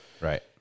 Right